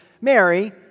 Mary